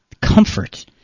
comfort